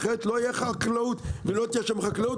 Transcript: אחרת לא תהיה חקלאות ולא תהיה שם חקלאות,